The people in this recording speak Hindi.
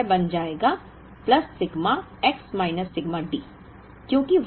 तो यह बन जाएगा plus sigma X minus sigma D